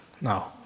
Now